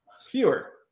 Fewer